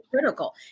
critical